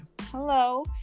Hello